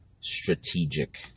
strategic